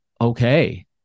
okay